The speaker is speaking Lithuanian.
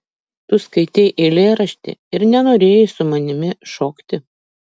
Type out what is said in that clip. tu skaitei eilėraštį ir nenorėjai su manimi šokti